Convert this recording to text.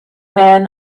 man